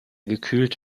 gekühlt